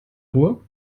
ruhr